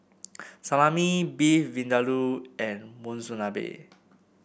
Salami Beef Vindaloo and Monsunabe